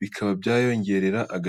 bikaba byayongerera agaciro.